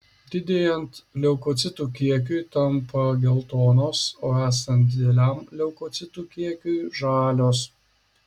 didėjant leukocitų kiekiui tampa geltonos o esant dideliam leukocitų kiekiui žalios